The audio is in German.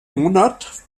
monat